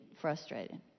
frustrated